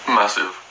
massive